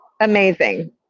amazing